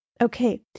Okay